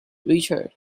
richard